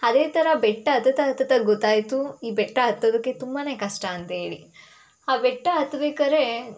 ಅದೇ ಥರ ಬೆಟ್ಟ ಹತ್ತುತ್ತಾ ಹತ್ತುತ್ತಾ ಗೊತ್ತಾಯಿತು ಈ ಬೆಟ್ಟ ಹತ್ತೋದಕ್ಕೆ ತುಂಬಾ ಕಷ್ಟ ಅಂತ ಹೇಳಿ ಆ ಬೆಟ್ಟ ಹತ್ಬೇಕಾರೇ